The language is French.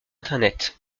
internet